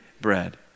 bread